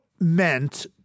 meant